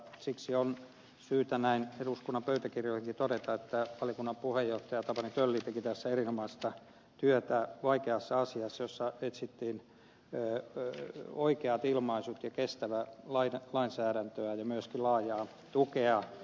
siksi on syytä näin eduskunnan pöytäkirjoihinkin todeta että valiokunnan puheenjohtaja tapani tölli teki tässä erinomaista työtä vaikeassa asiassa jossa etsittiin oikeat ilmaisut ja kestävää lainsäädäntöä ja myöskin laajaa tukea